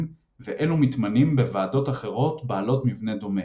ואלו מתמנים בוועדות אחרות בעלות מבנה דומה.